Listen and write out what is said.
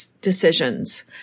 decisions